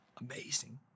amazing